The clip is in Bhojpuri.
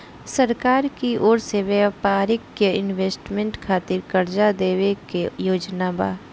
सरकार की ओर से व्यापारिक इन्वेस्टमेंट खातिर कार्जा देवे के योजना बा